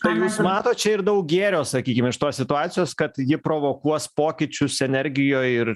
tai jūs matot čia ir daug gėrio sakykim iš tos situacijos kad ji provokuos pokyčius energijoj ir